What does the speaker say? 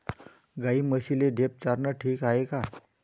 गाई म्हशीले ढेप चारनं ठीक हाये का?